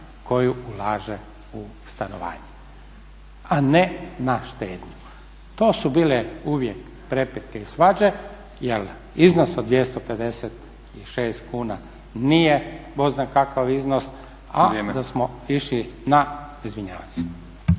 koji ulaže u stanovanje, a ne na štednju. To su bile uvijek prepirke i svađe, jer iznos od 256 kuna nije bog zna kakav iznos, … …/Upadica Stazić: